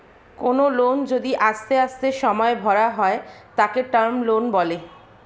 কোনো লোন যদি আস্তে আস্তে সময়ে ভরা হয় তাকে টার্ম লোন বলে